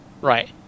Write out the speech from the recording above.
Right